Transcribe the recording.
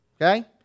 Okay